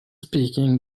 speaking